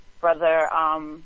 Brother